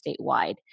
statewide